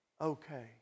okay